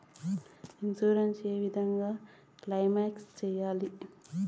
Insurance ఏ విధంగా claim సేయాలి?